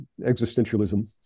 existentialism